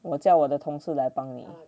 我叫我的同事来帮你